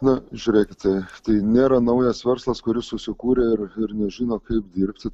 na žiūrėkite tai nėra naujas verslas kuris susikūrė ir ir nežino kaip dirbsit